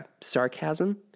sarcasm